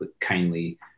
kindly